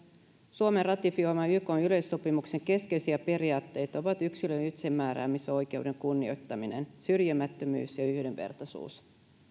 suomen ratifioiman ykn yleissopimuksen keskeisiä periaatteita ovat yksilön itsemääräämisoikeuden kunnioittaminen syrjimättömyys ja ja yhdenvertaisuus